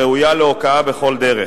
הראויה להוקעה בכל דרך,